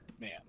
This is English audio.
man